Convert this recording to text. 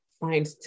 find